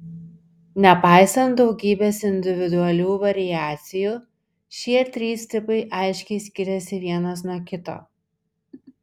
nepaisant daugybės individualių variacijų šie trys tipai aiškiai skiriasi vienas nuo kito